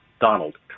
Donald